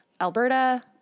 Alberta